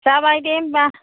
जाबाय दे होनबा